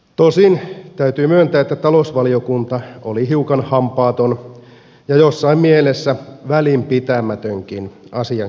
tosin täytyy myöntää että talousvaliokunta oli hiukan hampaaton ja jossain mielessä välinpitämätönkin asian käsittelyssä